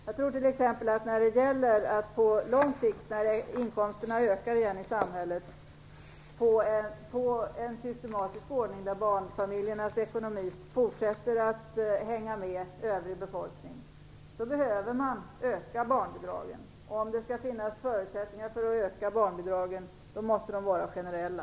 Jag tror t.ex. på en systematisk ordning på lång sikt, när inkomsterna i samhället ökar igen, där barnfamiljernas ekonomi fortsätter att hänga med den övriga befolkningens ekonomi. Då behöver man öka barnbidragen. Om det skall finnas förutsättningar för att öka barnbidragen måste de vara generella.